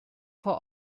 vor